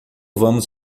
vamos